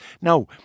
now